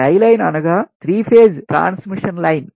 టై line అనగా three phase transmission line